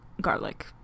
garlic